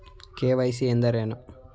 KYC ಎಂದರೇನು?